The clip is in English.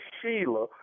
Sheila